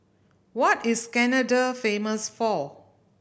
what is Canada famous for